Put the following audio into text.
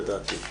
לדעתי.